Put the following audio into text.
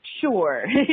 sure